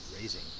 raising